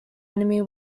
enemy